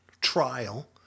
trial